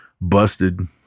busted